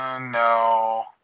no